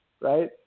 right